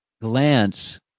glance